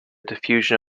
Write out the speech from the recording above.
diffusion